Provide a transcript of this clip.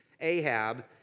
Ahab